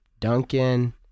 Duncan